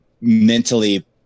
mentally